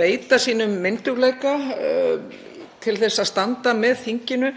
beita sínum myndugleika til að standa með þinginu.